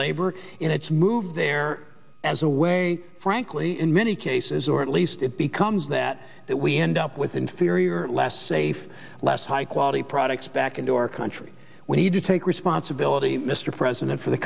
labor and it's moved there as a way frankly in many cases or at least it becomes that that we end up with inferior last safe less high quality products back into our country we need to take responsibility mr president for the